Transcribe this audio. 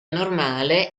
normale